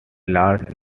large